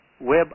web